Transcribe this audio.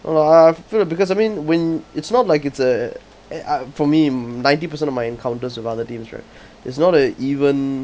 no lah I feel because I mean when it's not like it's a eh I for me ninety percent of my encounters of other teams right it's not a even